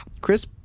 Chris